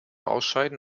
ausscheiden